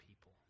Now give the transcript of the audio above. people